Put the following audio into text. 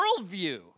worldview